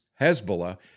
Hezbollah